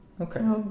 Okay